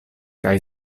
kaj